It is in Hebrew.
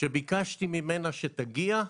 שביקשתי ממנה שתגיע,